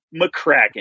McCracken